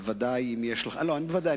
ודאי אם יש לך, זה לא נכון.